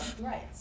Right